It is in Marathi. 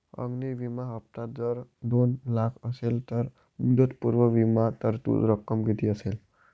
अग्नि विमा हफ्ता जर दोन लाख असेल तर मुदतपूर्व विमा तरतूद रक्कम किती असेल?